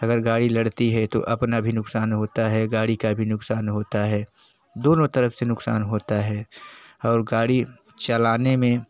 अगर गाड़ी लड़ती है तो अपना भी नुक़सान होता है गाड़ी का भी नुक़सान होता है दोनों तरफ़ से नुक़सान होता है और गाड़ी चलाने में